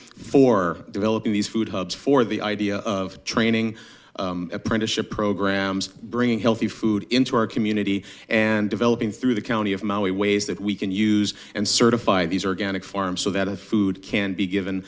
for developing these food hubs for the idea of training apprenticeship programs bringing healthy food into our community and developing through the county of maui ways that we can use and certify these are getting farms so that a food can be given